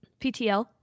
PTL